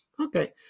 okay